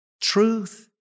truth